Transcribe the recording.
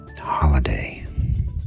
holiday